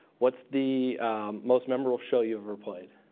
what's the most memorable show you ever played?